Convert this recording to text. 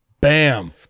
Bam